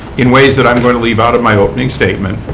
in ways that i am going to leave out of my opening statement,